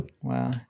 Wow